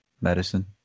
medicine